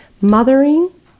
Mothering